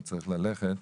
שצריך ללכת,